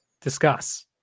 discuss